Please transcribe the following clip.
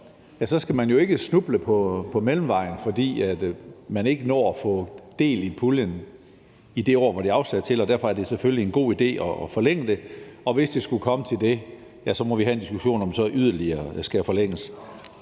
skal man jo ikke snuble på mellemvejen, fordi man ikke når at få del i puljen i det år, hvor pengene er afsat til det. Derfor er det selvfølgelig en god idé at forlænge det, og hvis det skulle komme til det, må vi have en diskussion om, om det skal forlænges